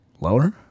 lower